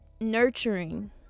nurturing